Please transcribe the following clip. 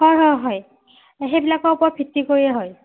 হয় হয় হয় সেইবিলাকৰ ওপৰত ভিত্তি কৰিয়ে হয়